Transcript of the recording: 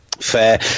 fair